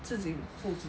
自己付自己